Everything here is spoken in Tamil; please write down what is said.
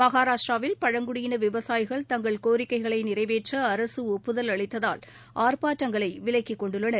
மகாராஷ்டிராவில் பழங்குடியின விவசாயிகள் தங்கள் கோரிக்கைகளை நிறைவேற்ற அரசு ஒப்புதல் அளித்ததால் ஆர்ப்பாட்டங்களை விலக்கிக்கொண்டுள்ளனர்